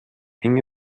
enge